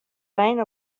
rein